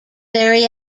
very